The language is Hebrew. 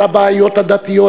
על הבעיות הדתיות,